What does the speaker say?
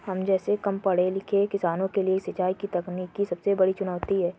हम जैसै कम पढ़े लिखे किसानों के लिए सिंचाई की तकनीकी सबसे बड़ी चुनौती है